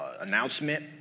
announcement